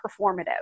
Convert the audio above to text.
performative